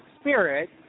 Spirit